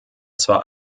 zwar